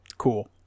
cool